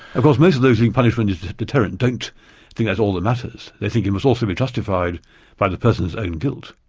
of course most of those who think punishment is a deterrent don't think that's all that matters, they think it must also be justified by the person's own guilt